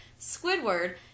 Squidward